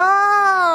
לא.